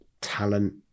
talent